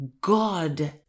God